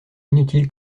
inutile